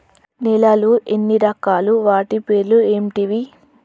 నేలలు ఎన్ని రకాలు? వాటి పేర్లు ఏంటివి?